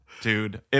Dude